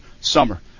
summer